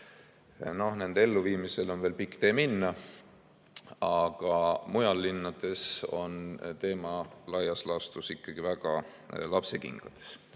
Nende elluviimiseni on veel pikk tee minna. Aga mujal linnades on teema laias laastus ikkagi väga lapsekingades. Ehk